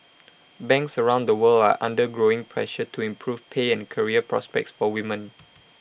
banks around the world are under growing pressure to improve pay and career prospects for women